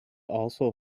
also